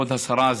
כבוד השרה,